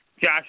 Josh